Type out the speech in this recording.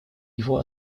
его